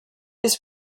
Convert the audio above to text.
this